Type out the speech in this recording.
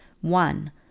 One